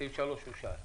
סעיף 3 אושר.